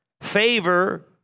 Favor